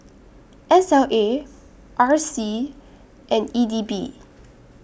S L A R C and E D B